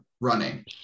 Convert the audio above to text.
running